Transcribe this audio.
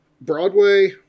Broadway